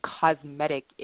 cosmetic